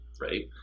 right